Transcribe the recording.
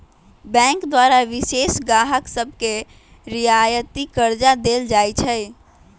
bank द्वारा विशेष गाहक सभके रियायती करजा देल जाइ छइ